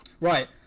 Right